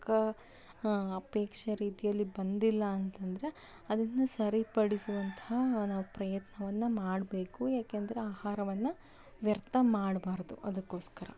ಅಪೇಕ್ಷೆ ರೀತಿಯಲ್ಲಿ ಬಂದಿಲ್ಲ ಅಂತಂದರೆ ಅದನ್ನು ಸರಿಪಡಿಸುವಂತಹ ನಾವು ಪ್ರಯತ್ನವನ್ನು ಮಾಡಬೇಕು ಏಕೆಂದರೆ ಆಹಾರವನ್ನು ವ್ಯರ್ಥ ಮಾಡಬಾರ್ದು ಅದಕ್ಕೋಸ್ಕರ